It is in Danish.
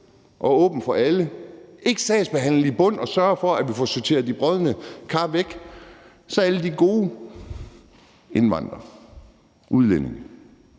er åbent for alle, og ved ikke at sagsbehandle i bund og sørge for, at vi får sorteret de brodne kar væk fra alle de gode indvandrere og udlændinge,